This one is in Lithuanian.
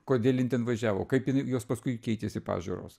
kodėl jin ten važiavo kaip jos paskui keitėsi pažiūros